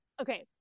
okay